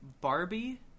barbie